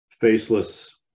faceless